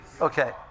Okay